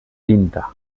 tinta